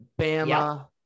Bama